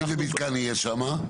איזה מתקן יהיה שם?